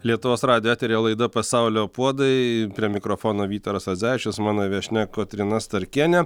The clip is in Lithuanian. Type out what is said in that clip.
lietuvos radijo eteryje laida pasaulio puodai prie mikrofono vytaras radzevičius mano viešnia kotryna starkienė